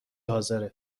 حاضره